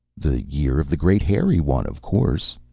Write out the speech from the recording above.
the year of the great hairy one, of course,